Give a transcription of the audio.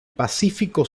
pacífico